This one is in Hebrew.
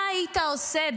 מה הייתה עושה,